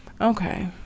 Okay